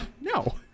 no